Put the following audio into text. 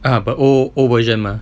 ah but old old version mah